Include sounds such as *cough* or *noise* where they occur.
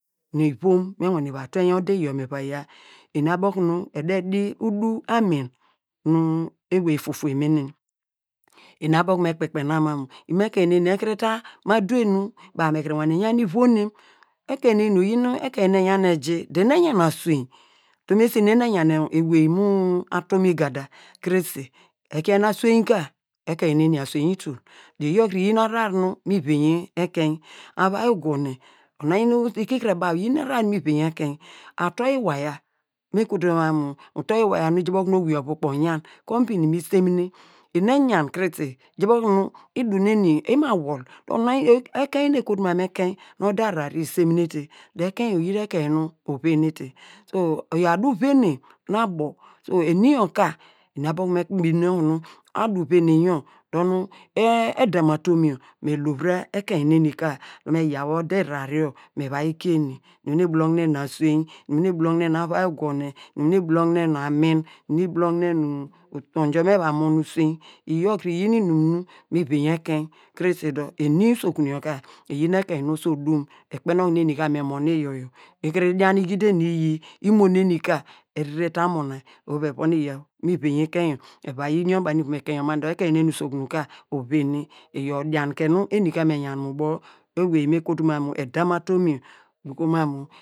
Nu ivom nu me va wa ne tuwen ude iyor me va yia, eni abo okunu ede di udu amin nu ewey fufu emenem, eni abo abo okunu me kpekpen na mam mu imo- ekein ekuru ta aduwe nu baw me kuru yan ivon nem, ekein neni oyin ekein nu eyan eji dor, eni eyan asuwen utom esi nu eni eyan ewey mu atum mu igada krese woke nu asuwen ka ekein neni itul dor iyor kre iyin ahrar nu mi venye ekein avai ugwonem, onu oyan owei ikikire baw iyin ahrar nu mi venye ekein, ato iwaya oja bo tubo nu owei ovu kpeyi oyan kompini mi simine dor eni eyan krese ija ubo ukunu idu neni ima wol dor *unintelligible* ekein nu ekotu mam mu ekein nu ode ahrar yor iseminete do ekein yor oyite ekein nu ovenete oyor adu venem nu abo tubo eni yor ka eni abo okunu me *unintelligible* adu venem yor dor edam atom yor me lovra ekein neni ka me yawu ide ihrar yor me yi kie eni inum nu ibulognen asnein, inum nu ibulognen nu avai ugwonem, inum nu ibulognen nu amin, inum nu ibulognen nu utonjo nu me va mon uswein iyor kre inyin mum nu me venye ekein kre se dor eni usokun yor ka eyin ekein nu oso odum, ikpen okunu eni ka me mon iyor yor, ikuru dian igidi eni iyi, imo neni ka erere ta mona oho vi evon iyor nu mu venye ekein yor eva yi yun baw nu ivom ekein mam dor ekein neni usokun yor ka ovene, iyor odianke nu eni ka me yan ubo ewey nu me kotu mam mu edam atom yor me doku mum mu.